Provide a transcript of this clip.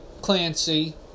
Clancy